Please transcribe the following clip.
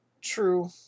True